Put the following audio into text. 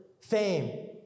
fame